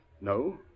No